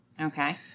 Okay